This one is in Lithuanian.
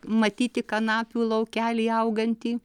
matyti kanapių laukelį augantį